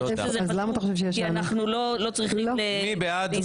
אני חושבת שזה חשוב כי אנחנו לא צריכים ל --- מי בעד?